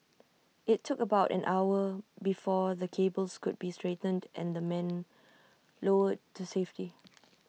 IT took about an hour before the cables could be straightened and the men lowered to safety